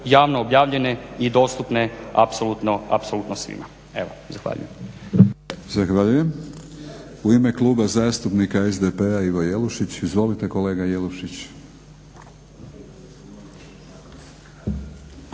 javno objavljenje i dostupne apsolutno svima. Evo, zahvaljujem. **Batinić, Milorad (HNS)** Zahvaljujem. U ime Kluba zastupnika SDP-a Ivo Jelušić. Izvolite kolega Jelušić.